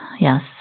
yes